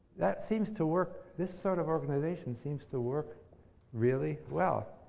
that seems to work. this sort of organization seems to work really well.